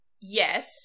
yes